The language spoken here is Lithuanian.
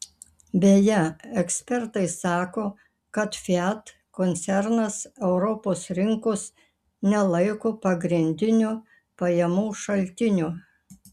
beje ekspertai sako kad fiat koncernas europos rinkos nelaiko pagrindiniu pajamų šaltiniu